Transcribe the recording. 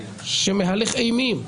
שמהלך אימים: